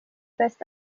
best